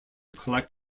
collect